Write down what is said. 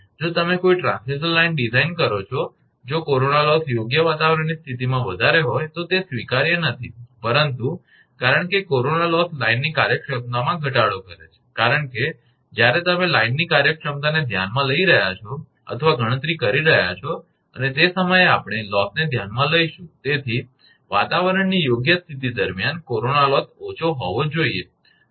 જો તમે કોઈ ટ્રાન્સમિશન લાઇન ડિઝાઇન કરો છો જો કોરોના લોસ યોગ્ય વાતાવરણની સ્થિતિમાં વધારે હોય તો તે સ્વીકાર્ય નથી પરંતુ કારણ કે કોરોના લોસ લાઇનની કાર્યક્ષમતામાં ઘટાડો કરે છે કારણ કે જ્યારે તમે લાઇનની કાર્યક્ષમતાને ધ્યાનમાં લઈ રહ્યા છો અથવા ગણતરી કરી રહ્યા છો અને તે સમયે આપણે લોસને ધ્યાનમાં લઈશું તેથી વાતાવરણની યોગ્ય સ્થિતિ દરમિયાન કોરોના લોસ ઓછો હોવો જોઈએ